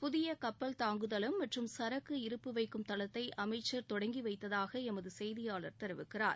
புதிய கப்பல் தாங்கு தளம் மற்றும் சரக்கு இருப்பு வைக்கும் தளத்தை அமைச்சர் தொடங்கி வைத்ததாக எமது செய்தியாளர் தெரிவிக்கிறார்